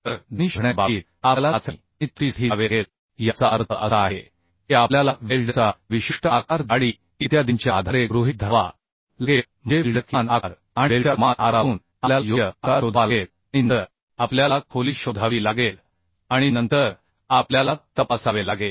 तर दोन्ही शोधण्याच्या बाबतीत आपल्याला चाचणी आणि त्रुटीसाठी जावे लागेल याचा अर्थ असा आहे की आपल्याला वेल्डचा विशिष्ट आकार जाडी इत्यादींच्या आधारे गृहित धरावा लागेल म्हणजे वेल्डचा किमान आकार आणि वेल्डच्या कमाल आकारावरून आपल्याला योग्य आकार शोधावा लागेल आणि नंतरआपल्याला खोली शोधावी लागेल आणि नंतर आपल्याला तपासावे लागेल